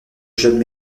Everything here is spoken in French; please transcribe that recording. jeune